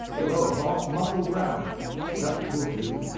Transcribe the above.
the lower part muffled round that will do,